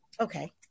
Okay